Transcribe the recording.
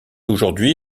aujourd’hui